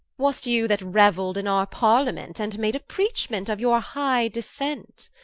was't you that reuell'd in our parliament, and made a preachment of your high descent?